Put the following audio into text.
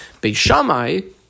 Beishamai